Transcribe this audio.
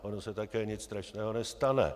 Ono se také nic strašného nestane.